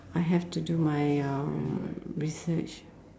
I have to do my um research